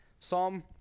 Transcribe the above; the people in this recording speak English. Psalm